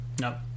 No